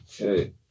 okay